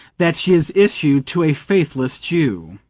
that she is issue to a faithless jew.